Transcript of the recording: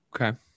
Okay